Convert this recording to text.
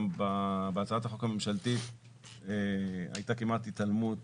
בהצעת החוק הממשלתית הייתה כמעט התעלמות